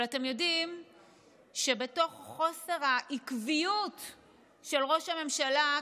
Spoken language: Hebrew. אבל אתם יודעים שבתוך חוסר העקביות של ראש הממשלה,